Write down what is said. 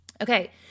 Okay